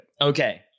okay